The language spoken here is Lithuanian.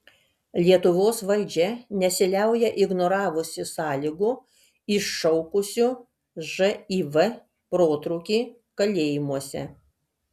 lietuvos valdžia nesiliauja ignoravusi sąlygų iššaukusių živ protrūkį kalėjimuose